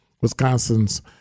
Wisconsin's